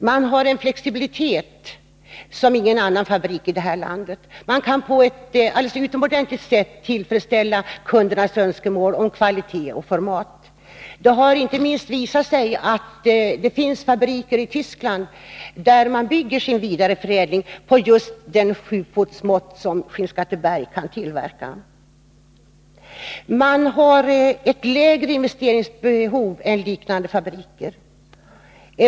Man har också en flexibilitet som ingen annan fabrik i det här landet och kan på ett alldeles utomordentligt sätt tillfredsställa kundernas önskemål om kvalitet och format — det har inte minst visat sig i att fabriker i Tyskland bygger sin vidareförädling på just det som Skinnskattebergsfabriken kan tillverka. Investeringsbehovet är lägre än vid liknande fabriker.